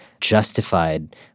justified